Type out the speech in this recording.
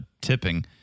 tipping